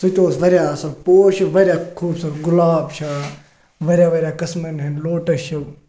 سُہ تہِ اوس واریاہ اَصٕل پوش چھِ واریاہ خوٗبصوٗرت گُلاب چھِ واریاہ واریاہ قٕسمَن ہٕنٛدۍ لوٹَس چھِ